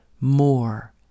more